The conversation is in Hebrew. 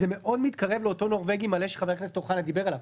זה מאוד מתקרב לאותו "נורבגי" מלא שחבר הכנסת אוחנה דיבר עליו.